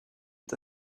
est